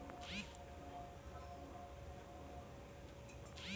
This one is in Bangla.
ন্যাচারাল ফাইবার যেগুলা প্রকৃতি থিকে পায়া যাচ্ছে